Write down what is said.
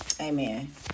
amen